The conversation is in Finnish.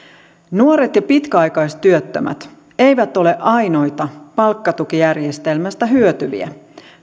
nuoret ja pitkäaikaistyöttömät eivät ole ainoita palkkatukijärjestelmästä hyötyviä